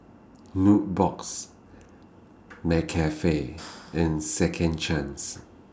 Nubox McCafe and Second Chance